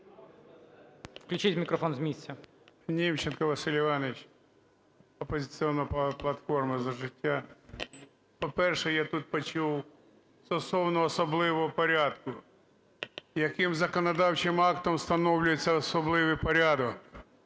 Німченко Василь Іванович, "Опозиційна платформа – За життя" . По-перше, я тут почув стосовно особливо порядку, яким законодавчим актом встановлюється особливий порядок,